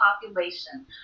population